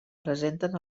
presenten